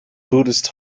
buddhist